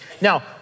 Now